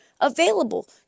available